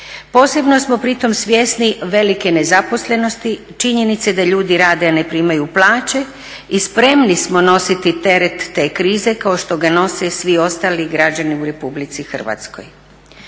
Posebno smo pritom svjesni velike nezaposlenosti, činjenice da ljudi rade a ne primaju plaće i spremni smo nositi teret te krize kao što ga nose svi ostali građani u RH.